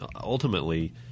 ultimately